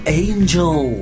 angel